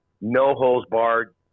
no-holes-barred